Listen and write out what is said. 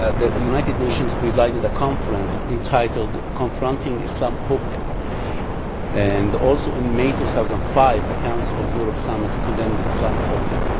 ah the united nations presided a conference entitled confronting islamophobia and also in may two thousand and five, a council of europe summit condemned islamophobia.